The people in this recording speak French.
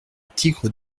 tigre